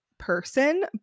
person